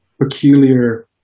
peculiar